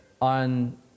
on